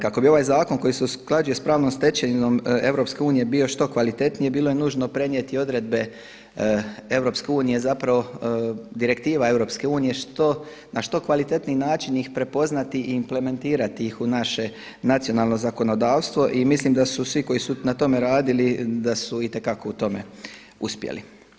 Kako bi ovaj zakon koji se usklađuje sa pravnom stečevinom EU bio što kvalitetniji bilo je nužno prenijeti odredbe EU, zapravo direktiva EU, na što kvalitetniji način ih prepoznati i implementirati ih u naše nacionalno zakonodavstvo i mislim da su svi koji su na tome radili, da su itekako u tome uspjeli.